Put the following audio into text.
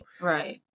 right